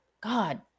God